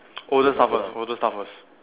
older start first older start first